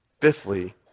Fifthly